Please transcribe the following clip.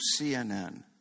CNN